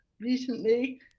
recently